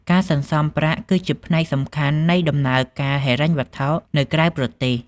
ការសន្សំប្រាក់គឺជាផ្នែកសំខាន់នៃដំណើរការហិរញ្ញវត្ថុនៅក្រៅប្រទេស។